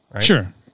Sure